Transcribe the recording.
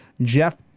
Jeff